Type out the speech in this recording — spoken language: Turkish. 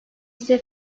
ise